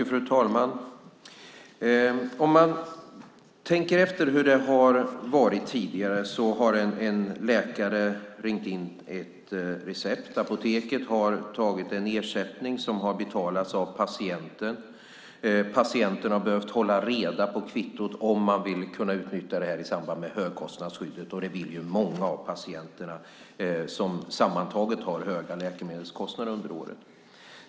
Fru talman! Om man tänker efter hur det varit tidigare har en läkare ringt in ett recept. Apoteket har tagit ut en ersättning som har betalats av patienten. Patienten har behövt hålla reda på kvittot om den har velat utnyttja kvittot i samband med högkostnadsskyddet. Det vill ju många av patienterna som sammantaget har haft höga läkemedelskostnader under året.